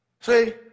see